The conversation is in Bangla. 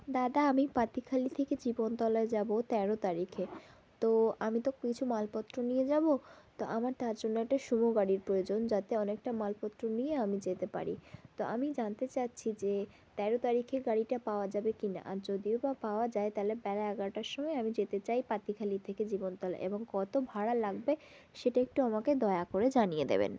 দাদা আমি পাতিখালি থেকে জীবনতলায় যাবো তেরো তারিখে তো আমি তো কিছু মালপত্র নিয়ে যাবো তো আমার তার জন্য একটা সুমো গাড়ির প্রয়োজন যাতে অনেকটা মালপত্র নিয়ে আমি যেতে পারি তো আমি জানতে চাচ্ছি যে তেরো তারিখে গাড়িটা পাওয়া যাবে কি না আর যদিও বা পাওয়া যায় তালে বেলা এগারোটার সময় আমি যেতে চাই পাতিখালি থেকে জীবনতলা এবং কত ভাড়া লাগবে সেটা একটু আমাকে দয়া করে জানিয়ে দেবেন